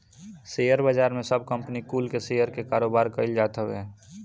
share बाजार में सब कंपनी कुल के शेयर के कारोबार कईल जात हवे